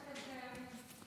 תודה שאתם קיימים.